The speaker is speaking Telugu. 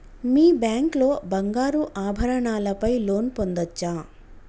మీ బ్యాంక్ లో బంగారు ఆభరణాల పై లోన్ పొందచ్చా?